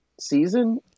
season